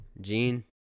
Gene